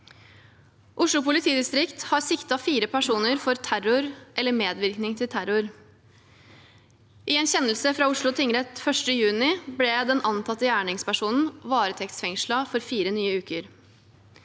Oslo politidistrikt har siktet fire personer for terror eller medvirkning til terror. I en kjennelse fra Oslo tingrett 1. juni ble den antatte gjerningspersonen varetektsfengslet for fire nye uker.